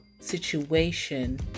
situation